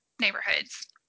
neighborhoods